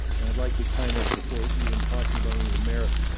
and i'd like to kind of, before even talking about any of the merits,